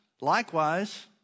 likewise